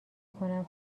کنم